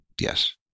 yes